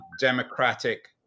democratic